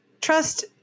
trust